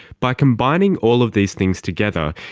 by combining all of these things together,